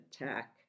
attack